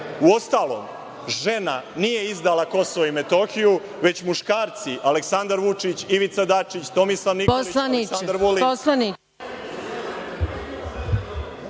Uostalom, žena nije izdala Kosovo i Metohiju, već muškarci – Aleksandar Vučić, Ivica Dačić, Tomislav Nikolić, Aleksandar Vulin…